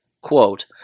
Quote